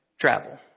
travel